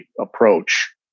approach